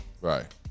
Right